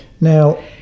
Now